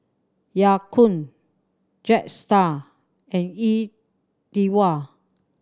Ya Kun Jetstar and E Twow